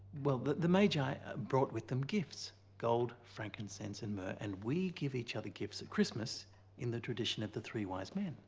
well the the magi brought with them gifts, gold, frankincense and myrrh and we give each other gifts at christmas in the tradition of the three wise men.